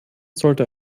sollte